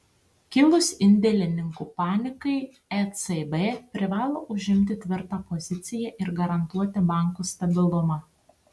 kilus indėlininkų panikai ecb privalo užimti tvirtą poziciją ir garantuoti bankų stabilumą